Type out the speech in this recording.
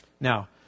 Now